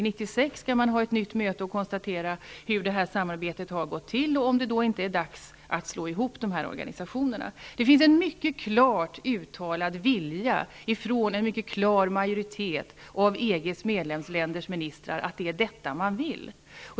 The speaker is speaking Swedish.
1996 skall man ha ett nytt möte och konstatera hur samarbetet har gått och se om det då inte är dags att slå ihop organisationerna. Det finns en mycket klart uttalad vilja från en mycket klar majoritet av EG:s medlemsländers ministrar att det är detta man vill.